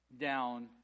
down